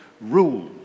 rule